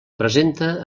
presenta